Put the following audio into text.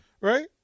Right